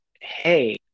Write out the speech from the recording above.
hey